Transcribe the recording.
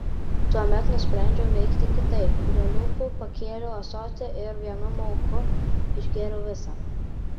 tuomet nusprendžiau veikti kitaip prie lūpų pakėliau ąsotį ir vienu mauku išgėriau visą